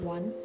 One